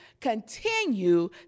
continue